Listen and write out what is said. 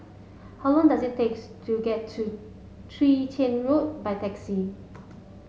how long does it takes to get to Chwee Chian Road by taxi